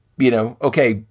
you know, ok,